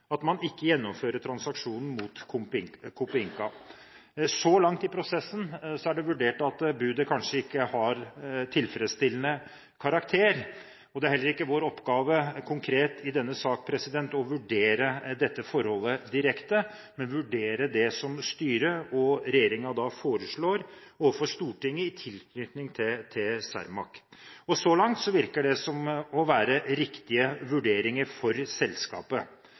at man ikke gjennomfører transaksjonen mot Copeinca. Så langt i prosessen er det vurdert at budet kanskje ikke har tilfredsstillende karakter, og det er heller ikke vår oppgave konkret i denne saken å vurdere dette forholdet direkte, men vurdere det som styret og regjeringen foreslår overfor Stortinget i tilknytning til Cermaq. Så langt virker det som å være riktige vurderinger for selskapet.